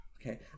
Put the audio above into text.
Okay